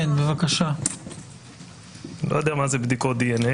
אני לא יודע מה זה בדיקות דנ"א.